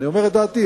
אני אומר את דעתי.